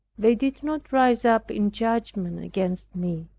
they did not rise up in judgment against me,